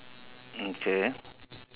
okay